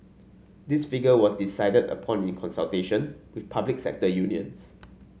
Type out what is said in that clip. this figure was decided upon in consultation with public sector unions